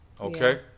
Okay